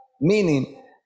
meaning